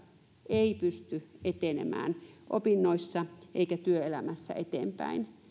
ei pysty etenemään opinnoissa eikä työelämässä eteenpäin